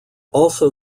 also